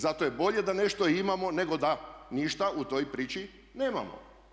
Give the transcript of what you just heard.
Zato je bolje da nešto imamo nego da ništa u toj priči nemamo.